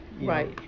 Right